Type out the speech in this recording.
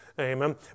Amen